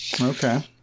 okay